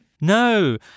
No